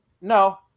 No